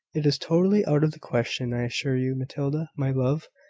it is totally out of the question, i assure you. matilda, my love,